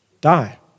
die